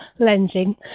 lensing